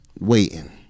waiting